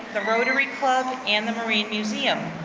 the rotary club and the marine museum.